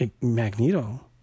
Magneto